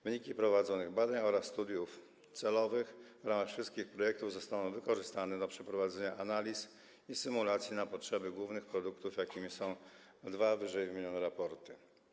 Wyniki prowadzonych badań oraz studiów celowych w ramach wszystkich projektów zostaną wykorzystane do przeprowadzenia analiz i symulacji na potrzeby głównych produktów, jakimi są dwa wymienione raporty.